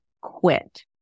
Quit